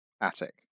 attic